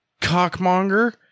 cockmonger